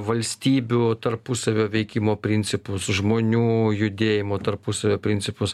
valstybių tarpusavio veikimo principus žmonių judėjimo tarpusavio principus